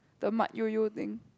the Mat Yoyo thing